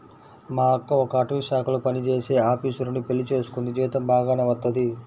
మా అక్క ఒక అటవీశాఖలో పనిజేసే ఆపీసరుని పెళ్లి చేసుకుంది, జీతం బాగానే వత్తది